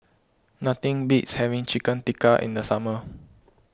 nothing beats having Chicken Tikka in the summer